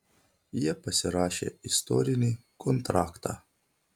jie pasirašė istorinį kontraktą